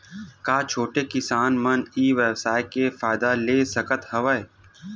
का छोटे किसान मन ई व्यवसाय के फ़ायदा ले सकत हवय?